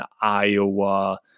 Iowa